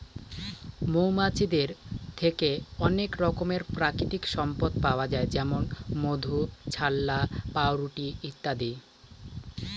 মৌমাছিদের থেকে অনেক রকমের প্রাকৃতিক সম্পদ পাওয়া যায় যেমন মধু, ছাল্লা, পাউরুটি ইত্যাদি